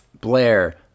blair